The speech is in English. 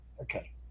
Okay